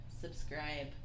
subscribe